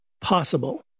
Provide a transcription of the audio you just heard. possible